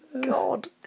God